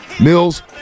Mills